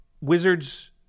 Wizards